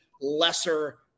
lesser